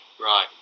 Right